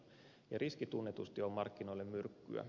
riski tunnetusti on markkinoille myrkkyä